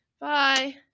Bye